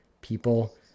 people